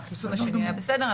כי החיסון השני היה בסדר.